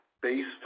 based